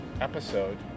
episode